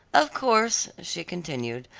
of course, she continued,